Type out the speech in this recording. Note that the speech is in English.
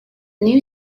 new